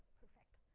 perfect.